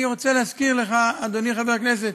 אני רוצה להזכיר לך, אדוני חבר הכנסת,